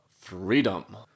freedom